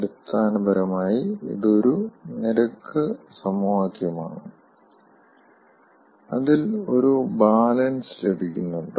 അടിസ്ഥാനപരമായി ഇത് ഒരു നിരക്ക് സമവാക്യമാണ് അതിൽ ഒരു ബാലൻസ് ലഭിക്കുന്നുണ്ട്